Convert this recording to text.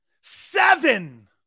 Seven